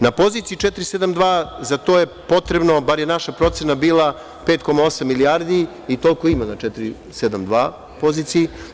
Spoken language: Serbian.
Na poziciji 472 za to je potrebno, bar je naša procena bila, 5,8 milijardi, i toliko ima na 472 poziciji.